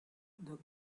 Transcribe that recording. the